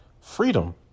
freedom